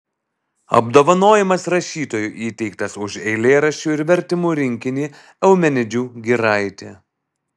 apdovanojimas rašytojui įteiktas už eilėraščių ir vertimų rinkinį eumenidžių giraitė